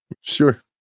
sure